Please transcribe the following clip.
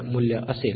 8nF मूल्य असेल